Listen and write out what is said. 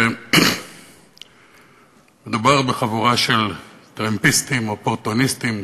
שמדובר בחבורה של טרמפיסטים אופורטוניסטים,